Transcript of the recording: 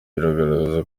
bigaragaza